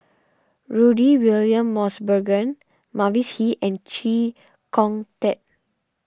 Rudy William Mosbergen Mavis Hee and Chee Kong Tet